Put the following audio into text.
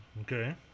Okay